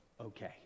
okay